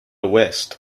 west